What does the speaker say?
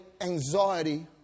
anxiety